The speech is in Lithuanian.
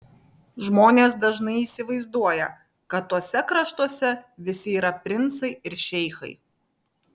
žmonės dažnai įsivaizduoja kad tuose kraštuose visi yra princai ir šeichai